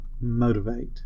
motivate